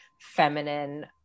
feminine